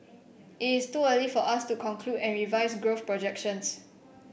it is too early for us to conclude and revise growth projections